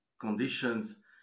conditions